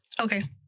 Okay